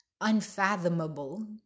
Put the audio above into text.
unfathomable